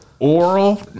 Oral